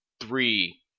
three